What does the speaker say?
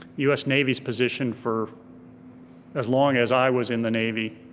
us navy's position for as long as i was in the navy,